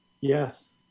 Yes